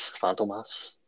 Fantomas